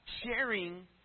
sharing